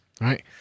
right